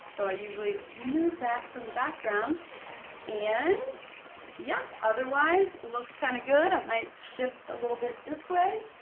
so i usually remove that from the background and yeah, otherwise looks kind of good. i might shift a little bit this way